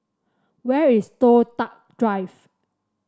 where is Toh Tuck Drive